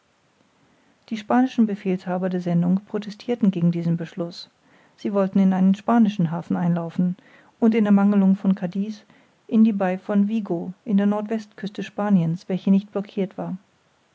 die spanischen befehlshaber der sendung protestirten gegen diesen beschluß sie wollten in einen spanischen hafen einlaufen und in ermangelung von cadix in die bai von vigo an der nordwestküste spaniens welche nicht blockirt war